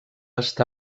està